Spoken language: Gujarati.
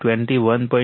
81 21